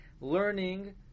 learning